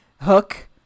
hook